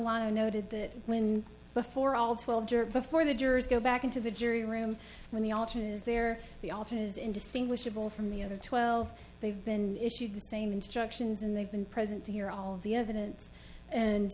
lot of noted that when before all twelve before the jurors go back into the jury room when the alternate is there the alternate is indistinguishable from the other twelve they've been issued the same instructions and they've been present to hear all of the evidence and